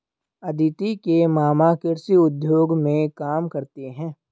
अदिति के मामा कृषि उद्योग में काम करते हैं